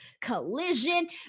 collision